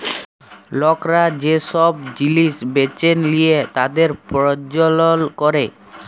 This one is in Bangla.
লকরা যে সব জিলিস বেঁচে লিয়ে তাদের প্রজ্বলল ক্যরে